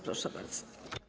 Proszę bardzo.